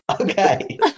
Okay